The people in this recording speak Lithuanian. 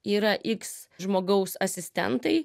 yra iks žmogaus asistentai